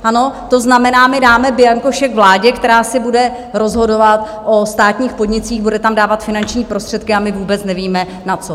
Ano, to znamená, my dáme bianko šek vládě, která si bude rozhodovat o státních podnicích, bude tam dávat finanční prostředky, a my vůbec nevíme na co.